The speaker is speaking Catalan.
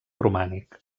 romànic